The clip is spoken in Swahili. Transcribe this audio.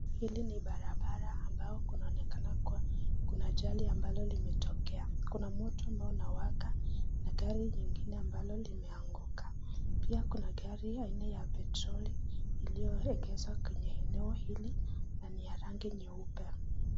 Hili ni barabara ambao kunaonekana kuwa kuna ajali ambalo limetokea , kuna moto ambao unawaka na gari nyingine ambalo limeanguka ,pia kuna gari aina ya petroli iliyoegeshwa kwenye eneo hili na ni ya rangi nyeupe.